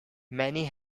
many